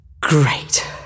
Great